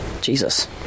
Jesus